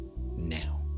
now